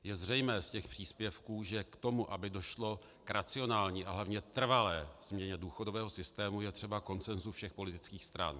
Je zřejmé z těch příspěvků, že k tomu, aby došlo k racionální a hlavně trvalé změně důchodového systému, je třeba konsenzu všech politických stran.